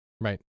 Right